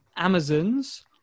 Amazon's